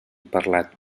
parlat